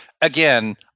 again